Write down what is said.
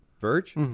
verge